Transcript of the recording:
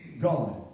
God